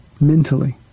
mentally